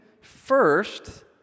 first